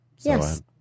Yes